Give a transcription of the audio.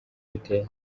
biteye